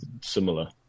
similar